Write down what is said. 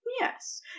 yes